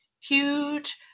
huge